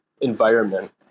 environment